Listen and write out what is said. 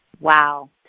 Wow